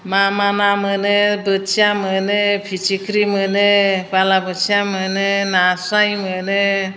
मा मा ना मोनो बोथिया मोनो फिथिख्रि मोनो बाला बोथिया मोनो नास्राय मोनो